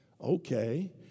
okay